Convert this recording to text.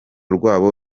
rwabo